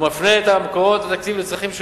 מפנה מקורות תקציביים לצרכים שונים,